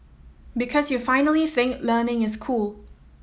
because you finally think learning is cool